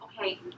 Okay